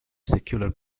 secular